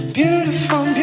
Beautiful